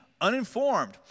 uninformed